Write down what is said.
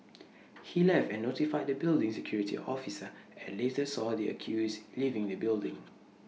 he left and notified the building's security officer and later saw the accused leaving the building